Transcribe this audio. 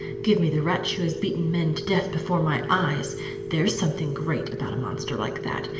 give me the wretch who has beaten men to death before my eyes there's something great about a monster like that,